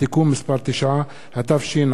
התש"ע 2010. תודה.